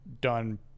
done